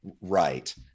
right